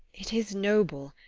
it is noble,